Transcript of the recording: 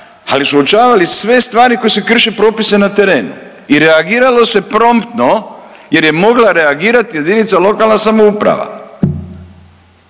ali su uočavali sve stvari kojim se krše propisi na terenu i reagiralo se promptno jer je mogla reagirati jedinica lokalna samouprava.